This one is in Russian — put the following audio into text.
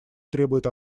требует